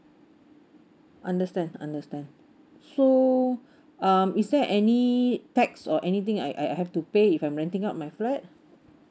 understand understand so um is there any tax or anything I I have to pay if I'm renting out my flat